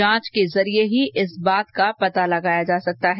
जांच के जरिए ही इस बात का पता लगाया जा सकता है